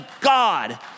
God